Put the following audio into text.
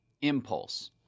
impulse